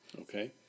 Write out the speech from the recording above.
Okay